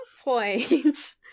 point